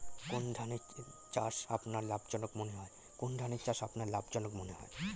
কোন ধানের চাষ আপনার লাভজনক মনে হয়?